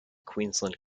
queensland